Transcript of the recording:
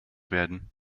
werden